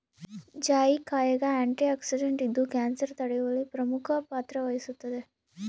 ಜಾಯಿಕಾಯಾಗ ಆಂಟಿಆಕ್ಸಿಡೆಂಟ್ ಇದ್ದು ಕ್ಯಾನ್ಸರ್ ತಡೆಯುವಲ್ಲಿ ಪ್ರಮುಖ ಪಾತ್ರ ವಹಿಸುತ್ತದೆ